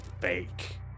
fake